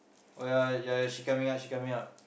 oh ya ya ya she coming up she coming up